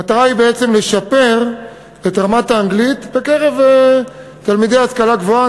המטרה היא בעצם לשפר את רמת האנגלית בקרב תלמידי מוסדות ההשכלה הגבוהה,